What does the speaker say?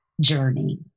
journey